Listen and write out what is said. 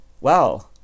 Wow